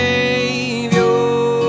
Savior